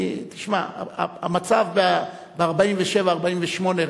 אבל משאות העבר הם קשים לשני,